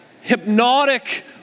hypnotic